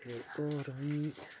ते औऱ मी